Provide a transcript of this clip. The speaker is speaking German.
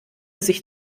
sich